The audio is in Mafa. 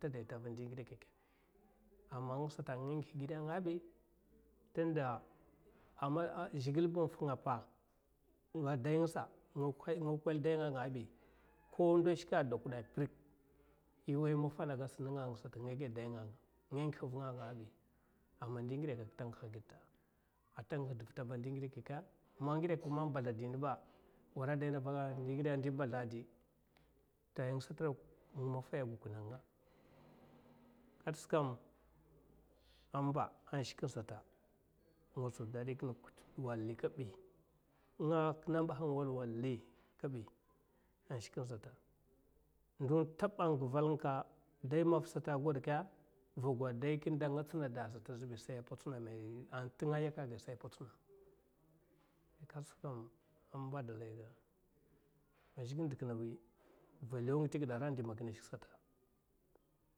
Ta daita ava andi ngiɓe keke amma nga sata nga ngih ngiɓe tunda amma a nga èi, nga nga kwel dayi nga anga azèay ko man nga shke ada kuɓa prik maffa anga gaɓa sa nenga angasa, amma ndi ngide, ta ngeha agiɓ ta, ata nguh de vuta ava ndi ngiɓe keke man ngiɓe mbadla di na ba wara adaynava andi mbadla a diy, kat sa kam nga maffay gokune a nga, kat sukam nshke kine sata nga min dadi nshke kine sata kumba, nga kine mbahanga walwali kabi, nga ndo ntaba aguval nga ka, kine maffay sata dayi maffa sata agoɓ ke? Va goɓ dayi kine sata anga tsina da sata azèay tun an yakay ga sai a patsina kat sekam adalay ga man zhigile ndu kine a wi va lewu nga te gide ara di man kine shke sata.